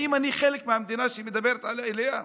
האם אני חלק מהמדינה שהיא מדברת עליה?